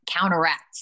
counteract